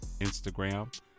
Instagram